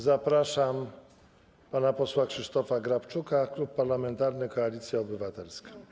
Zapraszam pana posła Krzysztofa Grabczuka, Klub Parlamentarny Koalicja Obywatelska.